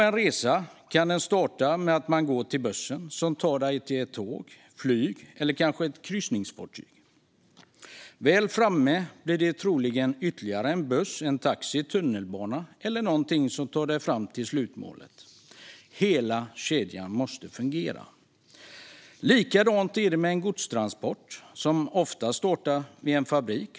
En resa kan starta med att man går till bussen som tar en till tåget, flyget eller kanske ett kryssningsfartyg. Väl framme blir det troligen så att ytterligare en buss, taxi, tunnelbana eller någonting annat tar en fram till slutmålet. Hela kedjan måste fungera. Likadant är det med en godstransport, som ofta startar vid en fabrik.